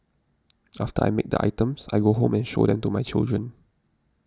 after I make the items I go home and show them to my children